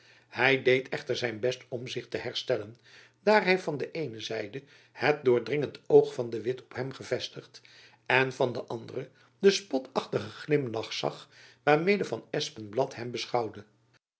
hy deed echter zijn best om zich te herstellen daar hy van de eene zijde het doordringend oog van de witt op hem gevestigd en van de andere den spotachtigen glimlach zag waarmede van espenblad hem beschouwde